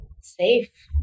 safe